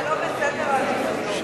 זה לא בסדר העדיפויות.